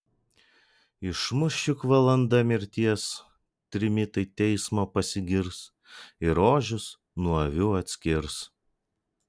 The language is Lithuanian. išmuš juk valanda mirties trimitai teismo pasigirs ir ožius nuo avių atskirs